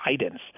guidance